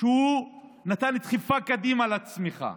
שהוא נתן דחיפה קדימה לצמיחה,